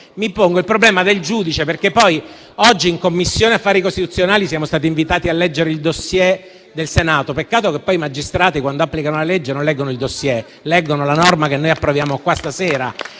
mi pongo il problema del giudice. Oggi in Commissione affari costituzionali siamo stati invitati a leggere il *dossier* del Senato. Peccato che poi i magistrati, quando applicano la legge, non leggono il *dossier*, ma leggono la norma che noi approviamo qua stasera.